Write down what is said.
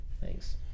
Thanks